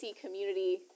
community